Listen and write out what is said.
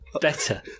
better